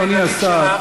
אדוני השר,